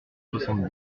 soixante